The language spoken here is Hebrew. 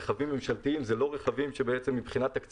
רכבים ממשלתיים הם לא רכבים שחייבים